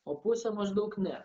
o pusę maždaug ne